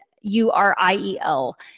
U-R-I-E-L